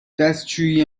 دستشویی